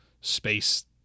space